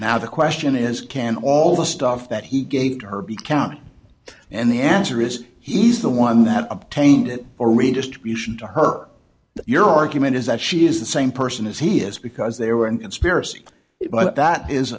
now the question is can all the stuff that he gave her be counted and the answer is he's the one that obtained it or redistribution to her that your argument is that she is the same person as he is because they were in conspiracy it but that is